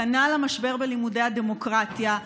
כנ"ל המשבר בלימודי הדמוקרטיה.